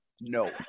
No